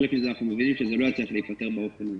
חלק מזה אנחנו מבינים שזה לא היה צריך להיפתר באופן הזה.